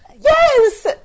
Yes